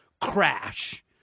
Crash